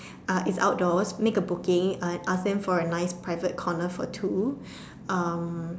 uh it's outdoors make a booking uh ask them for a nice private corner for two um